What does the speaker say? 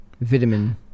Vitamin